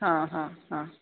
हां हां हां